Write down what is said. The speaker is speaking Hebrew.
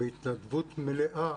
בהתנדבות מלאה,